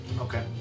Okay